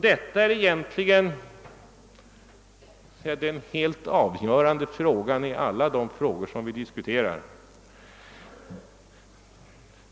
Detta är egentligen den helt avgörande frågan i alla de frågor vi diskuterar.